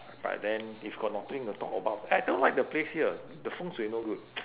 but then if got nothing to talk about I don't like the place here the feng shui no good